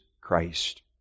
Christ